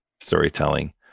storytelling